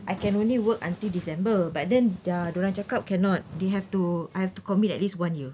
I can only work until december but then dia orang cakap cannot they have to I have to commit at least one year